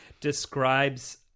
describes